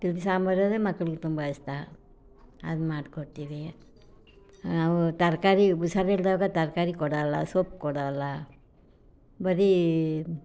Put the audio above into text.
ತಿಳಿ ಸಾಂಬಾರು ಅಂದರೆ ಮಕ್ಕಳಿಗೆ ತುಂಬ ಇಷ್ಟ ಅದ್ಮಾಡ್ಕೊಡ್ತೀವಿ ಅವು ತರಕಾರಿ ಹುಷಾರಿಲ್ದಾಗ ತರಕಾರಿ ಕೊಡೋಲ್ಲ ಸೊಪ್ಪು ಕೊಡೋಲ್ಲ ಬರೀ